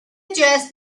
address